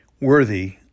Worthy